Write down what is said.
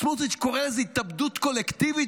סמוטריץ' קורא לזה "התאבדות קולקטיבית",